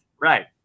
Right